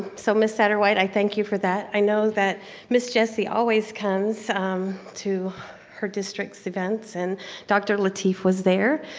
so ms. satterwhite, i thank you for that. i know that ms. jessie always comes to her district's events and dr. lateef was there,